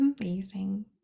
amazing